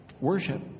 Worship